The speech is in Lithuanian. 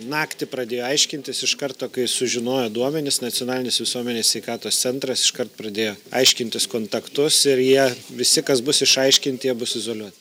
naktį pradėjo aiškintis iš karto kai sužinojo duomenis nacionalinis visuomenės sveikatos centras iškart pradėjo aiškintis kontaktus ir jie visi kas bus išaiškinti jie bus izoliuoti